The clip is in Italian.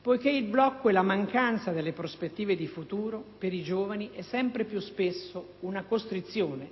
poiché il blocco e la mancanza delle prospettive di futuro per i giovani sono sempre più spesso una costrizione e